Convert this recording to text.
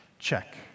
check